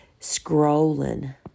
scrolling